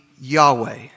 Yahweh